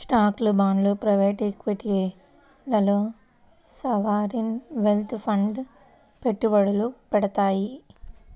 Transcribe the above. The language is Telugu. స్టాక్లు, బాండ్లు ప్రైవేట్ ఈక్విటీల్లో సావరీన్ వెల్త్ ఫండ్లు పెట్టుబడులు పెడతాయి